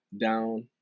down